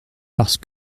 parce